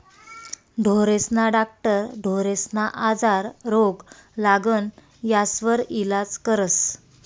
ढोरेस्ना डाक्टर ढोरेस्ना आजार, रोग, लागण यास्वर इलाज करस